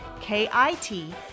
K-I-T